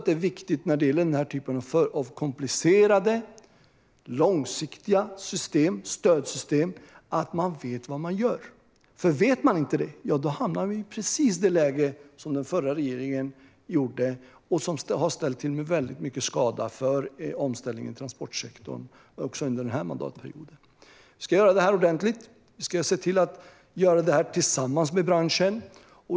Det är viktigt när det gäller denna typ av komplicerade, långsiktiga stödsystem att vi vet vad vi gör, för om vi inte vet det hamnar vi i precis det läge som den förra regeringen gjorde och som har ställt till med stor skada för omställningen inom transportsektorn också under denna mandatperiod. Vi ska göra detta ordentligt, och vi ska göra det tillsammans med branschen.